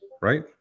right